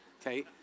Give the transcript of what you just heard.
okay